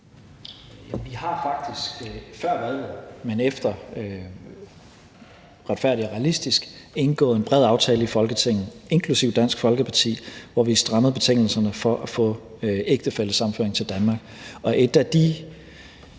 Vi har faktisk før valget, men efter »Retfærdig og realistisk – en udlændingepolitik, der samler Danmark«, indgået en bred aftale i Folketinget, inklusive Dansk Folkeparti, hvor vi har strammet betingelserne for at få ægtefællesammenføring til Danmark.